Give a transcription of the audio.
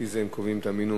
לפי זה קובעים את המינון,